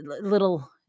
little